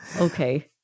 Okay